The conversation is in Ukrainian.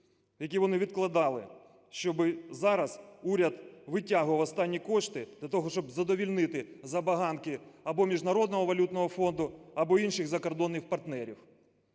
Які вони відкладали, щоби зараз уряд витягував останні кошти для того, щоб задовольнити забаганки або Міжнародного валютного фонду, або інших закордонних партнерів".